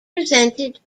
presented